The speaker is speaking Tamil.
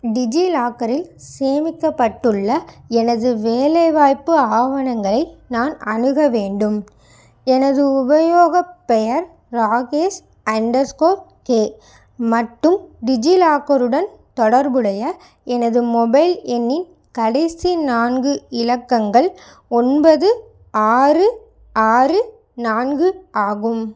டிஜிலாக்கரில் சேமிக்கப்பட்டுள்ள எனது வேலைவாய்ப்பு ஆவணங்களை நான் அணுக வேண்டும் எனது உபயோகப் பெயர் ராகேஷ் அண்டர் ஸ்கோர் கே மட்டும் டிஜிலாக்கருடன் தொடர்புடைய எனது மொபைல் எண்ணின் கடைசி நான்கு இலக்கங்கள் ஒன்பது ஆறு ஆறு நான்கு ஆகும்